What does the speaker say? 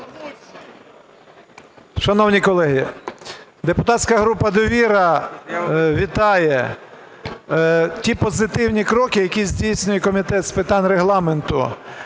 Шановні колеги, депутатська група "Довіра" вітає ті позитивні кроки, які здійснює Комітет з питань Регламенту